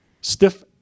stiff